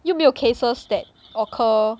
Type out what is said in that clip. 又没有 cases that occur